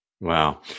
Wow